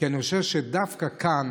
כי אני חושב שדווקא כאן,